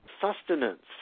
sustenance